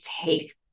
take